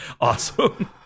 awesome